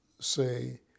say